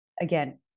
Again